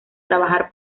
trabajar